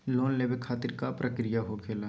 Loan लेवे खातिर का का प्रक्रिया होखेला?